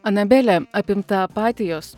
anabelė apimta apatijos